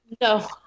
no